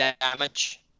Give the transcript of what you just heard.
damage